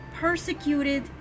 persecuted